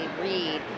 read